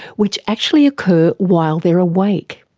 which actually occur while they are awake.